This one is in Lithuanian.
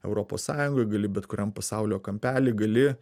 europos sąjungoj gali bet kuriam pasaulio kampely gali